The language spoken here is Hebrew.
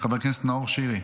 חבר הכנסת נאור שירי.